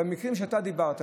במקרים שאתה דיברת,